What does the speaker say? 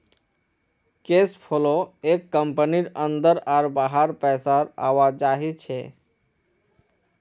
cash flow एक कंपनीर अंदर आर बाहर पैसार आवाजाही छे